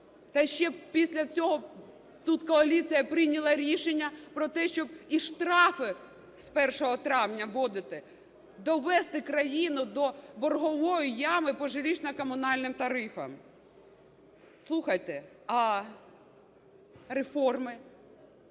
та ще після цього тут коаліція прийняла рішення про те, щоб і штрафи з 1 травня вводити. Довести країну до боргової ями по житлово-комунальним тарифам. Слухайте, а реформи?